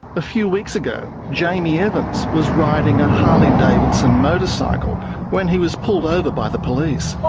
a few weeks ago, jamie evans was riding a harley davidson motorcycle when he was pulled over by the police.